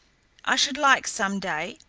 i should like some day,